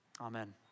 amen